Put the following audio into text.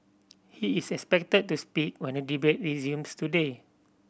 he is expected to speak when the debate resumes today